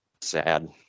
Sad